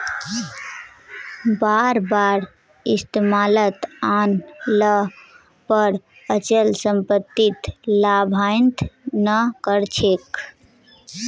बार बार इस्तमालत आन ल पर अचल सम्पत्ति लाभान्वित त कर छेक